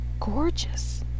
gorgeous